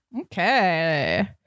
okay